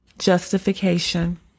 justification